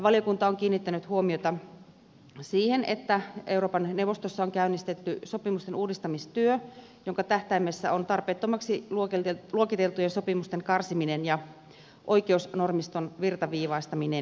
valiokunta on kiinnittänyt huomiota siihen että euroopan neuvostossa on käynnistetty sopimusten uudistamistyö jonka tähtäimessä on tarpeettomaksi luokiteltujen sopimusten karsiminen ja oikeusnormiston virtaviivaistaminen